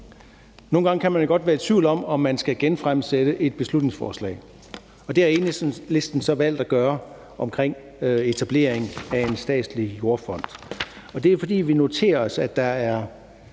Nogle gange kan man godt være i tvivl om, om man skal genfremsætte et beslutningsforslag, men det har Enhedslisten så valgt at gøre om etablering af en statslig jordfond. Det er, fordi vi noterer os, at der er